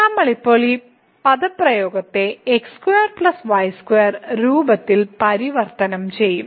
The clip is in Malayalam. നമ്മൾ ഇപ്പോൾ ഈ പദപ്രയോഗത്തെ x2 y2 രൂപത്തിൽ പരിവർത്തനം ചെയ്യും